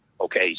Okay